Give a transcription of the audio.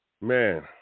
man